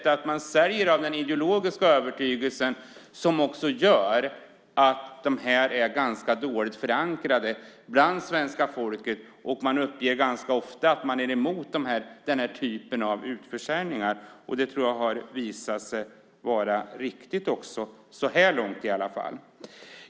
Att man säljer av ideologisk övertygelse innebär att det hela är ganska dåligt förankrat hos svenska folket. Folk uppger rätt ofta att de är emot den typen av utförsäljningar. Det har, åtminstone så här långt, också visat sig vara riktigt.